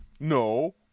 No